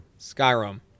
Skyrim